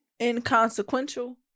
Inconsequential